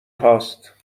هاست